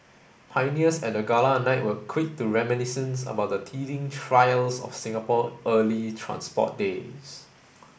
pioneers at the gala night were quick to reminisce about the teething trials of Singapore early transport days